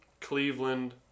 cleveland